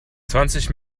zwanzig